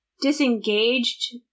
disengaged